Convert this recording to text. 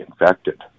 infected